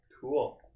Cool